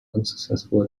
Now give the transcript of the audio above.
unsuccessful